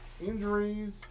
injuries